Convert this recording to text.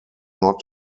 not